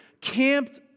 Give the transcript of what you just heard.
camped